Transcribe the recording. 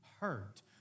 hurt